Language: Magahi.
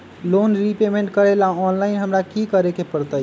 लोन रिपेमेंट करेला ऑनलाइन हमरा की करे के परतई?